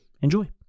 enjoy